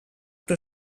però